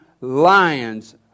lions